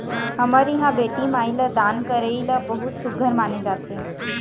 हमर इहाँ बेटी माई ल दान करई ल बहुत सुग्घर माने जाथे